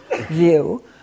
view